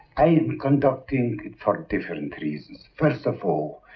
i am conducting for different reasons. first of all,